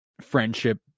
friendship